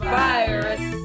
virus